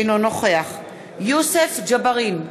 אינו נוכח יוסף ג'בארין,